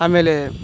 ಆಮೇಲೆ